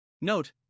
Note